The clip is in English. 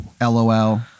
lol